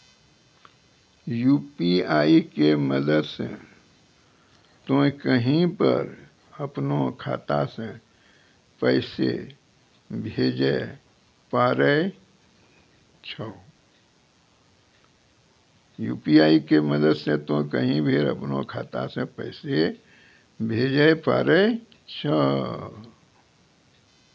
UPI के मदद से तोय कहीं पर अपनो खाता से पैसे भेजै पारै छौ